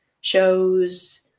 shows